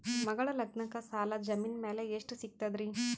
ಮಗಳ ಲಗ್ನಕ್ಕ ಸಾಲ ಜಮೀನ ಮ್ಯಾಲ ಎಷ್ಟ ಸಿಗ್ತದ್ರಿ?